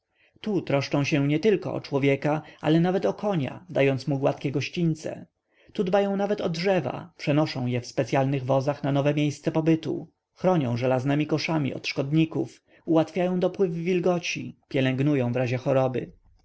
tu troszczą się nietylko o człowieka ale nawet o konia dając mu gładkie gościńce tu dbają nawet o drzewa przenoszą je w specyalnych wozach na nowe miejsce pobytu chronią żelaznemi koszami od szkodników ułatwiają dopływ wilgoci pielęgnują wrazie choroby